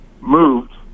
moved